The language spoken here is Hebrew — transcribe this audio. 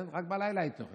רק בלילה הייתי אוכל.